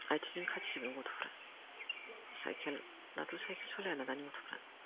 आथिंजों हान्थियोमोन गथ'फ्रा साइकेल दाथ' साइकेल सलायलानो दानि गथ'फ्रा